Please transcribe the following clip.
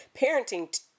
parenting